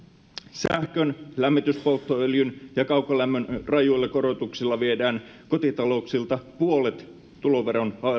sähkön lämmityspolttoöljyn ja kaukolämmön rajuilla korotuksilla viedään kotitalouksilta puolet tuloveron